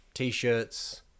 T-shirts